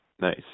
nice